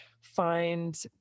find